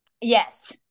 Yes